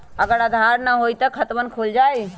अगर आधार न होई त खातवन खुल जाई?